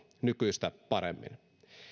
nykyistä paremmin